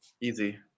easy